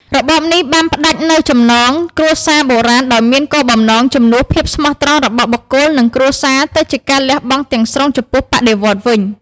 របបនេះបានផ្តាច់នូវចំណងគ្រួសារបុរាណដោយមានគោលបំណងជំនួសភាពស្មោះត្រង់របស់បុគ្គល និងគ្រួសារទៅជាការលះបង់ទាំងស្រុងចំពោះបដិវត្តន៍វិញ។